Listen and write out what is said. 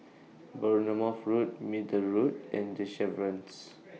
Bournemouth Road Middle Road and The Chevrons